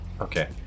Okay